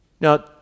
now